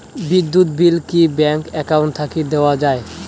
বিদ্যুৎ বিল কি bank account থাকি দেওয়া য়ায়?